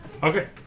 Okay